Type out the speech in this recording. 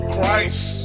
Christ